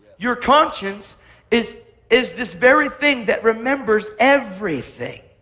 your conscience is is this very thing that remembers everything.